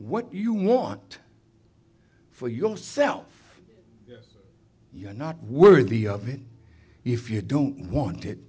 what you want for yourself you're not worthy of it if you don't want it